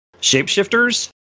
shapeshifters